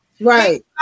Right